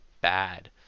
bad